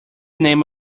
name